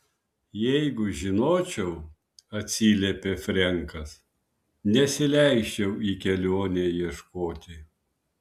jeigu žinočiau atsiliepė frenkas nesileisčiau į kelionę ieškoti